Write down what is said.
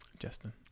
justin